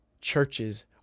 Churches